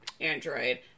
Android